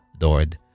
Lord